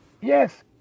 Yes